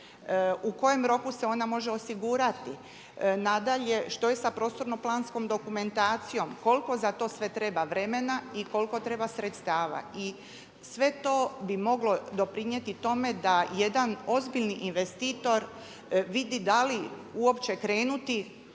u kojem roku se ona može osigurati. Nadalje, što je sa prostorno-planskom dokumentacijom, koliko za to sve treba vremena i koliko treba sredstava. I sve to bi moglo doprinijeti tome da jedan ozbiljni investitor vidi da li uopće krenuti